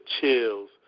chills